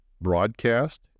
broadcast